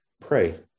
Pray